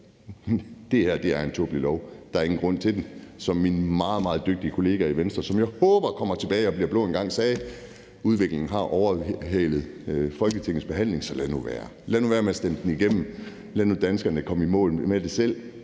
det her er en tåbelig lov. Der er ingen grund til den. Som min meget, meget dygtige kollega i Venstre, som jeg håber kommer tilbage og bliver blå igen engang, sagde: Udviklingen har overhalet Folketingets behandling. Så lad nu være. Lad nu være med at stemme den igennem. Lad nu danskerne kom i mål med det selv.